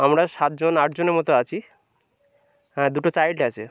আমরা সাতজন আটজনের মতো আছি হ্যাঁ দুটো চাইল্ড আছে